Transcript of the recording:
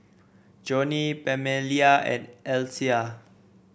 Johnny Pamelia and Althea